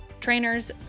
trainers